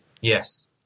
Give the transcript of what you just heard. Yes